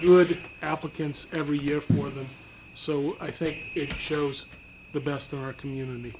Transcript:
good applicants every year for them so i think it shows the best of our community